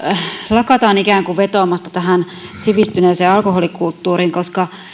lakataan vetoamasta tähän sivistyneeseen alkoholikulttuuriin koska